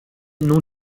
non